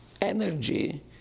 energy